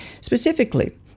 specifically